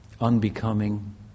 unbecoming